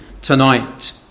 tonight